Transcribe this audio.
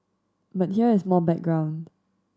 but here is more background